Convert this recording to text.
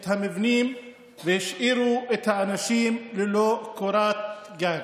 את המבנים והשאירו את האנשים ללא קורת גג.